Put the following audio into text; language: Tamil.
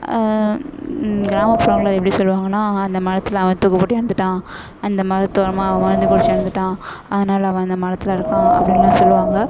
கிராமப்புறங்களில் எப்படி சொல்லுவாங்கனால் அந்த மரத்தில் அவன் தூக்கு போட்டு இறந்துட்டான் அந்த மரத்தோரமாக அவன் மருந்து குடித்து இறந்துட்டான் அதனால அவன் அந்த மரத்தில் இருக்கான் அப்படின்லாம் சொல்லுவாங்க